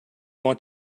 want